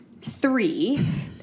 three